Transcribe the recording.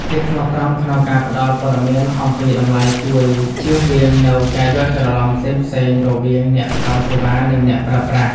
ភាពស្មោះត្រង់ក្នុងការផ្ដល់ព័ត៌មានអំពីតម្លៃជួយជៀសវាងនូវការយល់ច្រឡំផ្សេងៗរវាងអ្នកផ្ដល់សេវា ឬអ្នកប្រើប្រាស់។